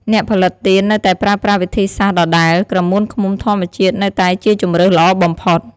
អ្នកផលិតទៀននៅតែប្រើប្រាស់វិធីសាស្រ្តដដែល ក្រមួនឃ្មុំធម្មជាតិនៅតែជាជម្រើសល្អបំផុត។